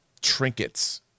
trinkets